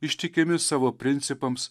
ištikimi savo principams